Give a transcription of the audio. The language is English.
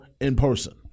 in-person